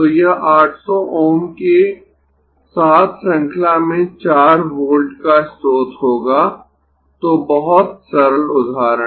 तो यह 800 Ω के साथ श्रृंखला में 4 वोल्ट का स्रोत होगा तो बहुत सरल उदाहरण